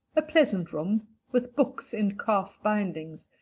a pleasant room, with books in calf bindings,